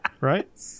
Right